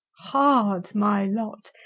hard my lot,